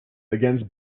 against